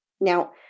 Now